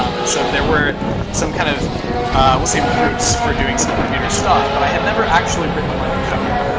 um and so there were some kind of we'll say routes for doing some computer stuff, but i had never actually written a line of code.